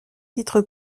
titre